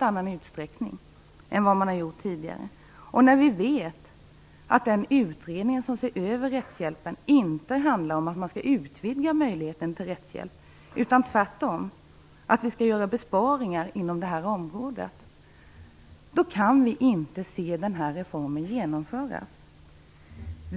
annan utsträckning än tidigare. Vi vet också att den utredning som ser över frågorna om rättshjälp inte gäller utvidgning av möjligheter till rättshjälp utan tvärtom besparingar inom detta område. Därför kan vi inte se reformen genomföras.